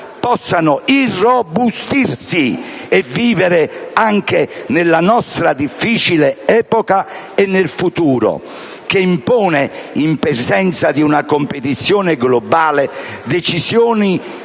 possano irrobustirsi e vivere anche nella nostra difficile epoca e nel futuro che impone, in presenza di una competizione globale, decisioni